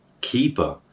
Keeper